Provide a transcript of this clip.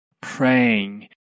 praying